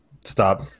Stop